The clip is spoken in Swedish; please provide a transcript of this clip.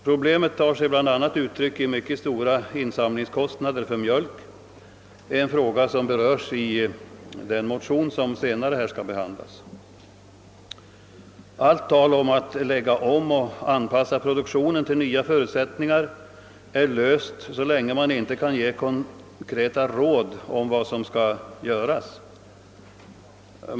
Problemet tar sig bl.a. uttryck i mycket stora insamlingskostnader för mjölk, en fråga som berörts i en motion som senare skall behandlas. Allt tal om att lägga om och anpassa produktionen till nya förutsättningar blir löst prat, så länge man inte kan ge konkreta råd om vad som skall göras.